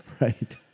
Right